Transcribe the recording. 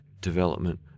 development